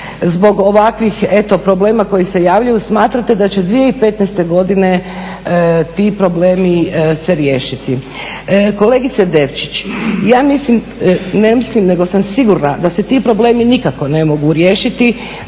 zbog ovakvih eto problema koji se javljaju smatrate da će 2015. godine ti problemi se riješiti. Kolegice Devčić, ja mislim, ne mislim nego sam sigurna da se ti problemi nikako ne mogu riješiti